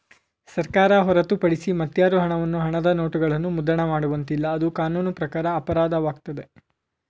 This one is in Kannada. ಸರ್ಕಾರ ಹೊರತುಪಡಿಸಿ ಮತ್ಯಾರು ಹಣವನ್ನು ಹಣದ ನೋಟುಗಳನ್ನು ಮುದ್ರಣ ಮಾಡುವಂತಿಲ್ಲ, ಅದು ಕಾನೂನು ಪ್ರಕಾರ ಅಪರಾಧವಾಗುತ್ತದೆ